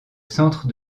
centre